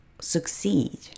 succeed